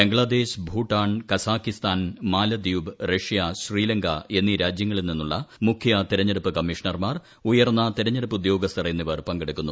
Bangladesh Bhutan Kazakhstan Maladweep Russia Sri Lanka എന്നീ രാജ്യങ്ങളിൽ നിന്നുള്ള മുഖ്യ തെരഞ്ഞെടുപ്പ് കമ്മീഷണർമാർ ഉയർന്ന തെരഞ്ഞെടുപ്പ് ഉദ്യോഗസ്ഥർ എന്നിവർ പങ്കെടുക്കുന്നു